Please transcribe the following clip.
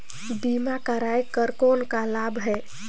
बीमा कराय कर कौन का लाभ है?